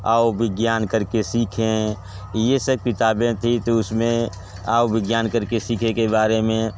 आओ विज्ञान कर के सीखें ये सब किताबें थी तो उसमें आओ विज्ञान कर के सीखें के बारे में